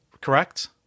correct